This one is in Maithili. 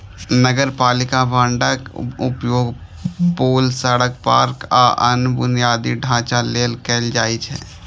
नगरपालिका बांडक उपयोग पुल, सड़क, पार्क, आ अन्य बुनियादी ढांचा लेल कैल जाइ छै